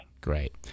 Great